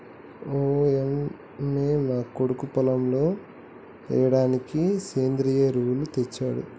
ఓయంమో మా కొడుకు పొలంలో ఎయ్యిడానికి సెంద్రియ ఎరువులు తెచ్చాడు